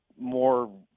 more